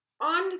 On